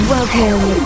Welcome